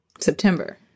September